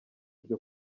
ryo